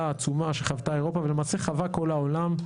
העצומה שחוותה אירופה ולמעשה חווה כל העולם,